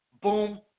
boom